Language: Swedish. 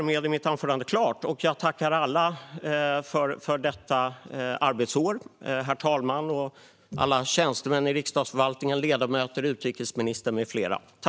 Med detta vill jag tacka alla för detta arbetsår - herr talmannen, alla tjänstemän i Riksdagsförvaltningen, ledamöter, utrikesministern med flera.